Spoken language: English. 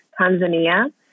Tanzania